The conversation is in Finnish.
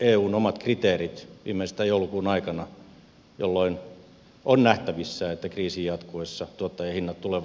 eun omat kriteerit viimeistään joulukuun aikana jolloin on nähtävissä että kriisin jatkuessa tuottajahinnat tulevat laskemaan edelleen